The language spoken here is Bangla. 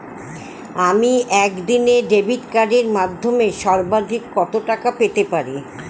আমি একদিনে ডেবিট কার্ডের মাধ্যমে সর্বাধিক কত টাকা পেতে পারি?